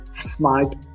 smart